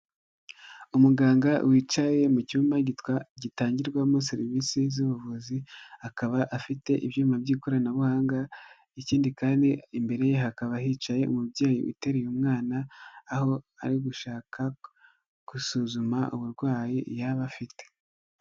Umuganga wicaye mu cyumba gitangirwamo serivisi z'ubuvuzi, akaba afite ibyuma by'ikoranabuhanga, ikindi kandi imbere ye hakaba hicaye umubyeyi uteruye umwana, aho ari gushaka gusuzuma uburwayi yaba afite.